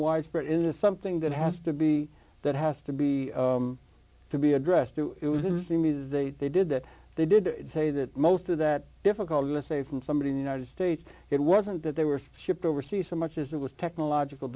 widespread is something that has to be that has to be to be addressed it was interesting me that they did that they did say that most of that difficult to say from somebody in the united states it wasn't that they were shipped overseas so much as it was technological